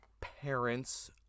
parents